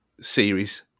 series